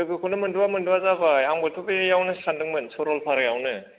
लोगोखौनो मोनद'आ मोनद'आ जाबाय आंबोथ' बेयावनो सानदोंमोन सरलफारायावनो